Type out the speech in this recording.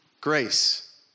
Grace